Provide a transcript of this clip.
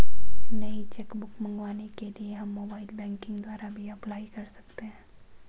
नई cheque book मंगवाने के लिए हम मोबाइल बैंकिंग द्वारा भी अप्लाई कर सकते है